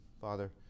Father